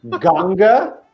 Ganga